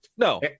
no